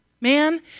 Man